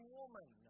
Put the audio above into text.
woman